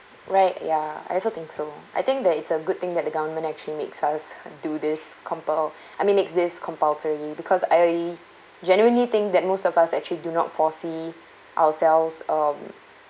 right ya I also think so I think that it's a good thing that the government actually makes us do this compul~ I mean makes this compulsory because I genuinely think that most of us actually do not foresee ourselves um